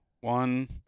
one